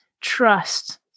trust